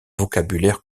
vocabulaire